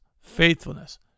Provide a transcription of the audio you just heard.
faithfulness